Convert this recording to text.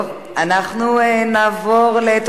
ההצעה להעביר את